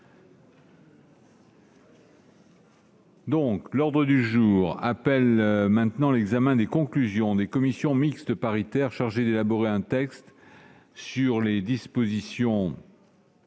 ... L'ordre du jour appelle l'examen des conclusions des commissions mixtes paritaires chargées d'élaborer un texte sur les dispositions